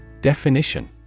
Definition